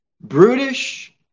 Brutish